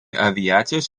aviacijos